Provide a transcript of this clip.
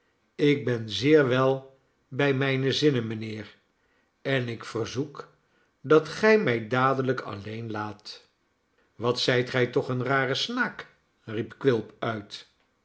ik ben zeer wel bij mijne zinnen mijnheer en ik verzoek dat gij mij dadelijk alleen laat wat zijt gij toch een rare snaak riep quilp uit